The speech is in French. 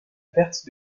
perte